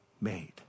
made